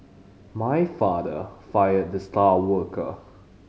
my father fired the star worker